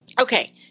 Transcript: okay